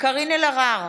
קארין אלהרר,